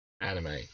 anime